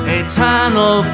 eternal